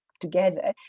together